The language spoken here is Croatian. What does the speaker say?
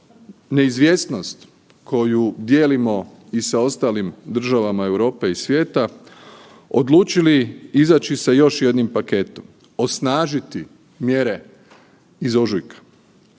neizvjesnost koju dijelimo i sa ostalim državama Europe i svijeta odlučili izaći sa još jednim paketom, osnažiti mjere iz ožujka.